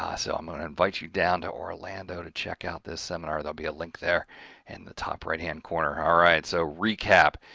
um so, i'm going to invite you down to orlando to check out this seminar. there'll be a link there in the top-right hand corner. alright, so recap.